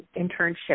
internship